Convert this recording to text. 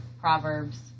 Proverbs